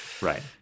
Right